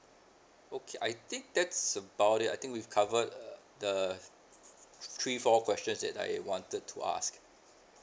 okay I think that's about it I think we've covered the three four questions that I wanted to ask